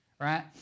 right